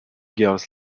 girls